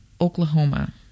Oklahoma